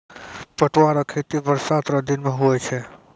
पटुआ रो खेती बरसात रो दिनो मे हुवै छै